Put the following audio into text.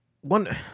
one